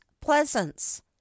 Pleasance